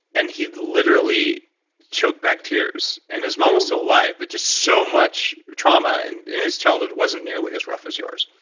and he'd literally choke back tears, and his mom was still alive but just so much trauma, and his childhood wasn't nearly as rough as yours.